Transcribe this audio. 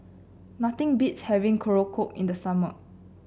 nothing beats having Korokke in the summer